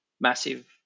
massive